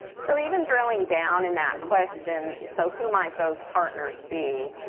so even drilling down in that question so who might those partners be?